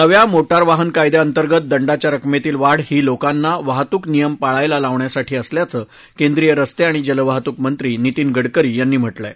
नव्या मोठा ेर वाहन कायद्यांतर्गत दंडाच्या रकमेतील वाढ ही लोकांना वाहतूक नियम पाळायला लावण्यासाठी असल्याचं केंद्रीय रस्ते आणि जलवाहतूक मंत्री नितीन गडकरी यांनी म्हा िं आहे